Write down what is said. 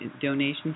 donations